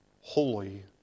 holy